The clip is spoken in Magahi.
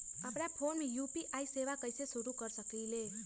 अपना फ़ोन मे यू.पी.आई सेवा कईसे शुरू कर सकीले?